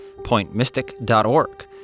pointmystic.org